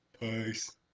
Peace